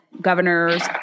Governors